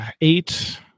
eight